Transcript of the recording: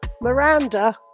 Miranda